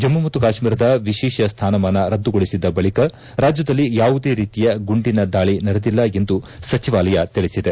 ಜಮ್ಮ ಮತ್ತು ಕಾಶ್ಮೀರದ ವಿಶೇಷ ಸ್ಥಾನಮಾನ ರದ್ದುಗೊಳಿಸಿದ್ದ ಬಳಿಕ ರಾಜ್ಯದಲ್ಲಿ ಯಾವುದೇ ರೀತಿಯ ಗುಂಡಿನ ದಾಳಿ ನಡೆದಿಲ್ಲ ಎಂದು ಸಚಿವಾಲಯ ತಿಳಿಸಿದೆ